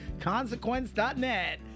Consequence.net